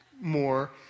more